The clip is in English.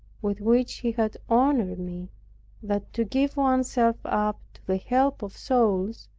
with which he had honored me that to give one's self up to the help of souls,